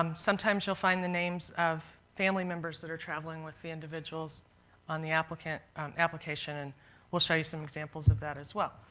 um sometimes you'll find the names of family members that are travelling with the individuals on the application, and we'll show you some examples of that as well.